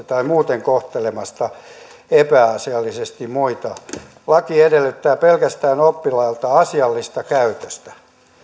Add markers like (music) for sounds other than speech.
(unintelligible) tai muuten kohtelemasta epäasiallisesti muita laki edellyttää oppilailta pelkästään asiallista käytöstä